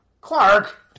Clark